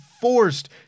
forced